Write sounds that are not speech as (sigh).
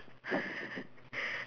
(laughs)